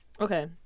Okay